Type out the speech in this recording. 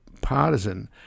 partisan